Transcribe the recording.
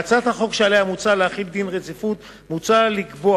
בהצעת החוק שמוצע להחיל עליה דין רציפות מוצע לקבוע